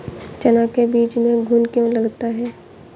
चना के बीज में घुन क्यो लगता है?